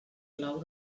plau